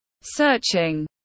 searching